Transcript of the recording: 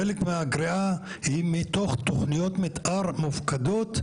חלק מהגריעה היא מתוך תוכניות מתאר מופקדות,